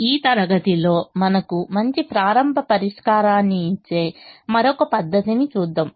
ఈ తరగతిలో మనకు మంచి ప్రారంభ పరిష్కారాన్ని ఇచ్చే మరొక పద్ధతిని చూద్దాము